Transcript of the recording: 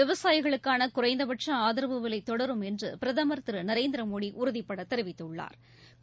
விவசாயிகளுக்கான குறைந்தபட்ச ஆதரவு விலை தொடரும் என்று பிரதம் திரு நரேந்திர மோடி உறுதிபட தெரிவித்துள்ளா்